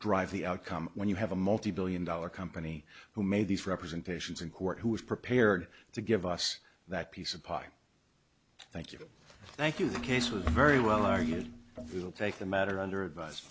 drive the outcome when you have a multi billion dollar company who made these representations in court who was prepared to give us that piece of pie thank you thank you the case was very well are you will take the matter under a